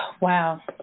Wow